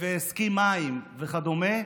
סקי מים וכדומה.